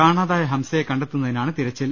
കാണാതായ ഹംസയെ കണ്ടെത്തുന്നതിനാണ് തിര ച്ചിൽ